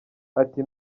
ati